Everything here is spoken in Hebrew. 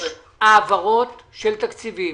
יש העברות של תקציבים,